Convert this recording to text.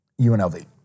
UNLV